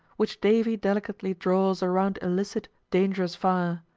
which davy delicately draws around illicit, dangerous fire!